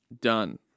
done